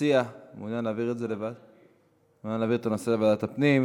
המציע מעוניין להעביר את הנושא לוועדת הפנים.